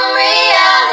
reality